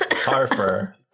Harper